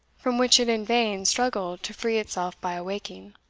from which it in vain struggled to free itself by awaking